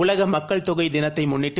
உலகமக்கள் தொகைதினத்தைமுன்னிட்டு